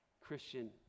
Christian